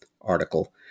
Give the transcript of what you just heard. article